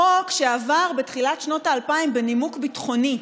חוק שעבר בתחילת שנות האלפיים בנימוק ביטחוני,